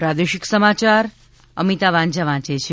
પ્રાદેશિક સમાચાર અમિતા વાંઝા વાંચે છે